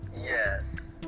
Yes